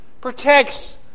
protects